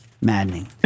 Maddening